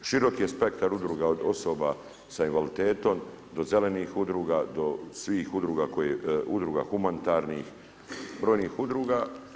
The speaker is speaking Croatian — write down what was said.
Širok je spektar udruga od osoba sa invaliditetom do zelenih udruga, do svih udruga koje, udruga humanitarnih, brojnih udruga.